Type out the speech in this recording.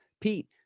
Pete